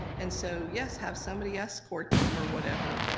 and so yes, have somebody escort them, or whatever.